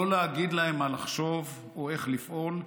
לא להגיד להם מה לחשוב או איך לפעול,